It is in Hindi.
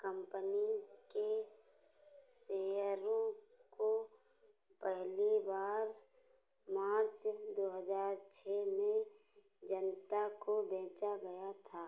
कम्पनी के शेयरों को पहली बार मार्च दो हज़ार छह में जनता को बेचा गया था